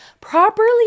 properly